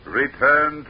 return